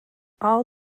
all